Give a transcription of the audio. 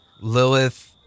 Lilith